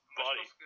body